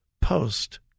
post